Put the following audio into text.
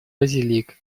базилик